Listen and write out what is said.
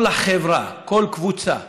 כל חברה, כל קבוצה